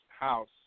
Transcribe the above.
House